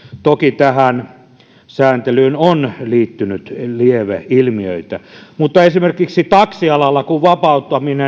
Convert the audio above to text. toki tähän sääntelyyn on liittynyt lieveilmiöitä esimerkiksi taksialalla kun vapauttamista